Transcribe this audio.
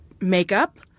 Makeup